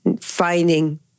finding